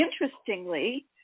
interestingly